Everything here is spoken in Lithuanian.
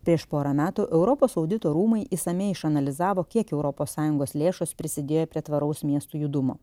prieš porą metų europos audito rūmai išsamiai išanalizavo kiek europos sąjungos lėšos prisidėjo prie tvaraus miestų judumo